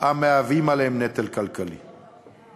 המהווים נטל כלכלי עליהם.